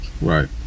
Right